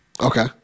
Okay